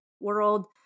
world